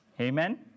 Amen